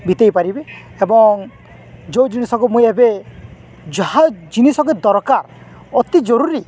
ବିତେଇ ପାରିବି ଏବଂ ଯେଉଁ ଜିନିଷକୁ ମୁଁ ଏବେ ଯାହା ଜିନିଷ ବି ଦରକାର ଅତି ଜରୁରୀ